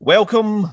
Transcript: Welcome